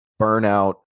burnout